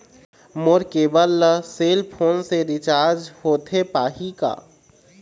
मोर केबल ला cell phone से रिचार्ज होथे पाही का?